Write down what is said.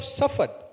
suffered